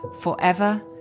forever